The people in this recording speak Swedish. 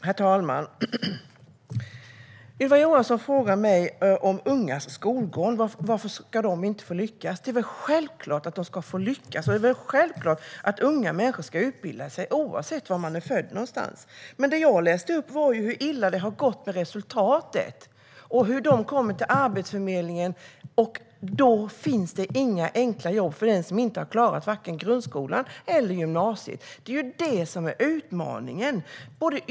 Herr talman! Ylva Johansson frågade mig om ungas skolgång. Varför ska de inte få lyckas? Det är väl självklart att de ska få lyckas, och det är väl självklart att unga människor ska utbilda sig oavsett var de är födda någonstans. Men det jag läste upp var hur illa det har gått med resultatet. De kommer till Arbetsförmedlingen, där det inte finns enkla jobb för dem som inte har klarat vare sig grundskolan eller gymnasiet. Det är utmaningen.